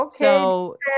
Okay